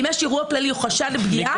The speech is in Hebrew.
אם יש אירוע פלילי או חשד לפגיעה,